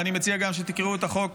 ואני מציע גם שתקראו את החוק